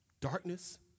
darkness